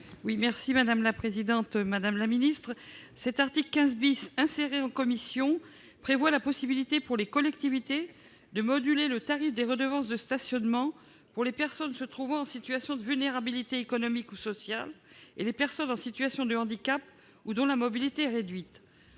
libellé : La parole est à Mme Michèle Vullien. L'article 15, inséré en commission, vise à prévoir la possibilité pour les collectivités de moduler le tarif des redevances de stationnement pour les personnes se trouvant en situation de vulnérabilité économique ou sociale, et pour celles en situation de handicap ou dont la mobilité est réduite.